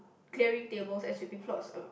clearing tables and sweeping floors um